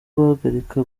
guhagarika